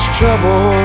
trouble